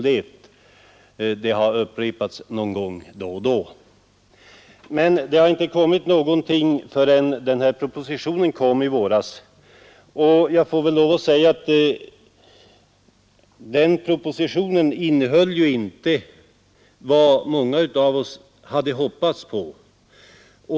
Löftet har upprepats någon gång då och då, men det har inte kommit någonting förrän den här propositionen lades fram i våras, och jag får väl lov att säga att den propositionen inte innehöll vad många av oss hade hoppats på.